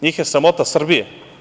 Njih je sramota Srbija.